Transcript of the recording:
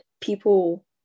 people